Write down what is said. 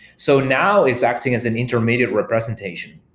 so now is acting as an intermediate representation.